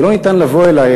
ואי-אפשר לבוא אלי,